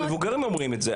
המבוגרים אומרים את זה.